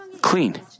clean